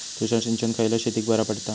तुषार सिंचन खयल्या शेतीक बरा पडता?